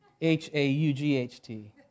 H-A-U-G-H-T